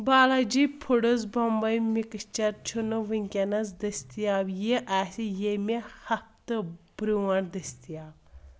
Balaji foods Bombay mixture چھُنہٕ وُکیٚنَس دٔستِیاب، یہِ آسہِ ییٚمہِ ہفتہٕ برونٛہہ دٔستِیاب